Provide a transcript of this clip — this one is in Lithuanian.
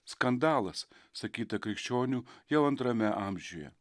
skandalas sakyta krikščionių jau antrame amžiuje